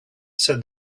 said